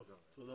אני אומר